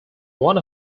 one